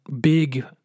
big